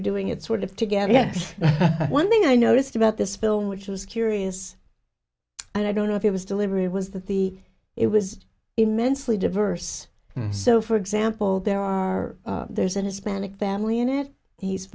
're doing it sort of together yes one thing i noticed about this film which was curious i don't know if it was deliberate was that the it was immensely diverse so for example there are there's an hispanic family in it he's